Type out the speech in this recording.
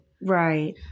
Right